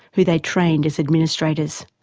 who they trained as administrators.